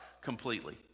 completely